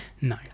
No